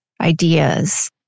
ideas